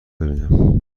بیینم